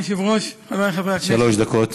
אדוני היושב-ראש, חברי חברי הכנסת, שלוש דקות,